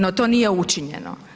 No to nije učinjeno.